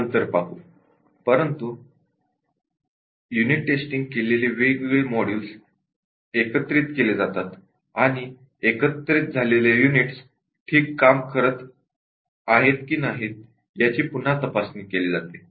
नंतर unit test केलेले वेगवेगळे मॉड्यूल्स एकत्रित केले जातात आणि एकत्रित झालेले युनिट्स ठीक काम करत आहेत की नाही याची पुन्हा टेस्टिंग केली जाते